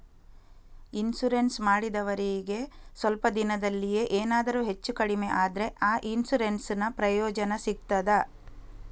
Insurance ಮಾಡಿದವರಿಗೆ ಸ್ವಲ್ಪ ದಿನದಲ್ಲಿಯೇ ಎನಾದರೂ ಹೆಚ್ಚು ಕಡಿಮೆ ಆದ್ರೆ ಆ ಇನ್ಸೂರೆನ್ಸ್ ನ ಪ್ರಯೋಜನ ಸಿಗ್ತದ?